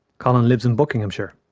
colin lives in buckinghamshire.